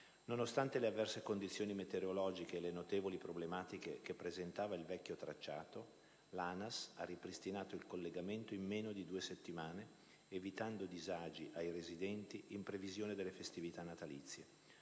Nonostante le avverse condizioni meteorologiche e le notevoli problematiche che presentava il vecchio tracciato, l'ANAS ha ripristinato il collegamento in meno di due settimane, evitando disagi ai residenti in previsione delle festività natalizie.